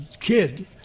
kid